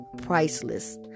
priceless